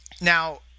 Now